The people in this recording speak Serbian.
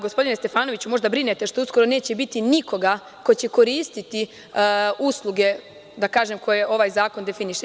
Gospodine Stefanoviću, da li brinete što uskoro neće biti nikoga ko će koristiti usluge, da kažem, koje ovaj zakon definiše?